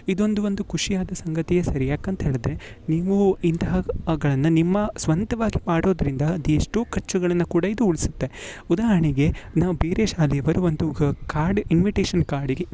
ಇದೊಂದು ಒಂದು ಖುಷಿ ಆದ ಸಂಗತಿಯೆ ಸರಿ ಯಾಕಂತ ಹೇಳಿದರೆ ನೀವು ಇಂತಹ ನಿಮ್ಮ ಸ್ವಂತವಾಗಿ ಪಡೋದ್ರಿಂದ ಅದೆಷ್ಟೋ ಖರ್ಚುಗಳನ್ನ ಕೂಡ ಇದು ಉಳಿಸುತ್ತೆ ಉದಾಹರಣೆಗೆ ನಾವು ಬೇರೆ ಶಾಲೆಯವರು ಒಂದು ಕಾರ್ಡ್ ಇನ್ವಿಟೇಷನ್ ಕಾರ್ಡಿಗೆ